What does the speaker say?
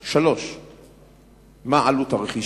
3. מה היא עלות הרכישה?